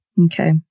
Okay